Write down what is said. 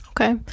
Okay